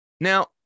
Now